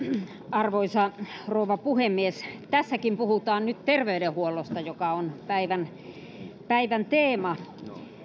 arvoisa rouva puhemies tässäkin puhutaan nyt terveydenhuollosta joka on päivän päivän teema